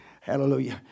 Hallelujah